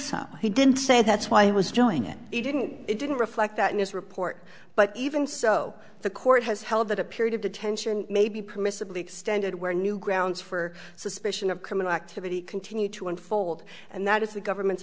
so he didn't say that's why he was doing it he didn't it didn't reflect that in this report but even so the court has held that a period of detention may be permissibly extended where new grounds for suspicion of criminal activity continue to unfold and that is the government